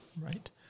Right